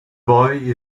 boy